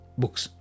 books